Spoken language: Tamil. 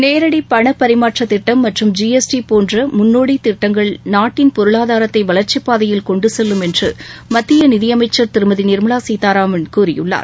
நேரடி பணபரிமாற்றத்திட்டம் மற்றும் ஜிஎஸ்டி போன்ற முன்னோடி திட்டங்கள் நாட்டின் பொருளாதாரத்தை வளர்ச்சி பாதையில் கொண்டு கெல்லும் என்று மத்திய நிதியமைச்சர் திருமதி நிர்மலா சீதாராமன் கூறியுள்ளார்